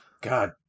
God